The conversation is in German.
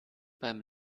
beim